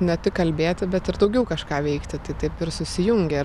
ne tik kalbėti bet ir daugiau kažką veikti tai taip ir susijungia